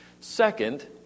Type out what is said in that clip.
Second